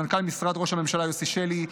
למנכ"ל משרד ראש הממשלה יוסי שלי,